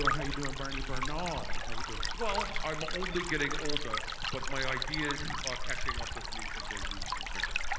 how you doing, bernie bernard? how you doing? well, i'm only getting older but my ideas are catching up with me in their youth and vigor.